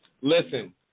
Listen